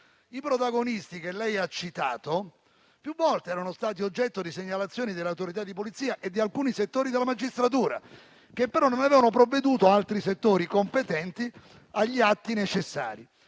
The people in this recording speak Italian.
I protagonisti che lei ha citato più volte erano stati oggetto di segnalazione delle autorità di polizia e di alcuni settori della magistratura, mentre altri settori competenti non avevano